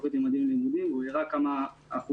התוכנית "ממדים ללימודים" והוא הראה עד כמה שיעור